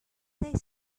they